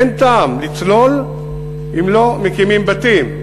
אין טעם לסלול אם לא מקימים בתים,